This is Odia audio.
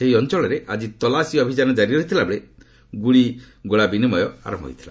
ସେହି ଅଞ୍ଚଳରେ ଆଜି ତଲାସୀ ଅଭିଯାନ କାରି ରହିଥିବାବେଳେ ଏହି ଗୁଳିଗୋଳା ବିନିମୟ ଆରମ୍ଭ ହୋଇଥିଲା